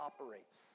operates